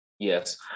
Yes